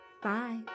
Bye